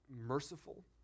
merciful